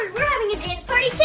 having a dance party too!